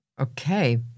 Okay